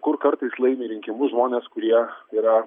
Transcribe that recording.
kur kartais laimi rinkimus žmonės kurie yra